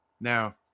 Now